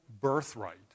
birthright